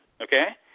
okay